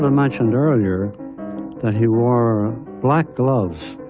mentioned earlier that he wore black gloves,